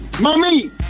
Mommy